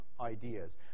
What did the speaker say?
ideas